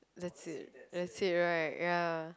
that's it that's it right ya